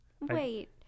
Wait